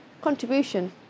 contribution